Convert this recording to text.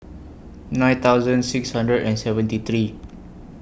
nine thousand six hundred and seventy three